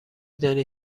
دانی